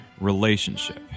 relationship